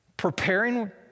preparing